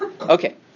Okay